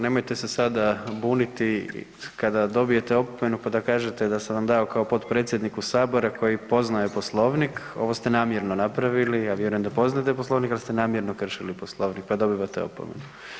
Nemojte se sada buniti kada dobijete opomenu pa da kažete da sam vam dao kao potpredsjedniku Sabora koji Poslovnik, ovo ste namjerno napravili, ja vjerujem da poznajete Poslovnik, ali ste namjerno kršili Poslovnik pa dobivate opomenu.